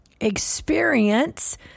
experience